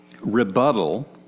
rebuttal